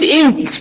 ink